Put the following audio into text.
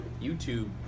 YouTube